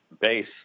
base